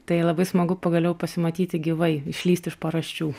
tai labai smagu pagaliau pasimatyti gyvai išlįst iš paraščių